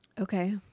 Okay